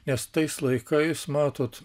nes tais laikais matot